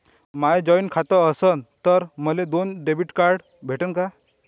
माय joint खातं असन तर मले दोन डेबिट कार्ड भेटन का?